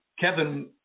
Kevin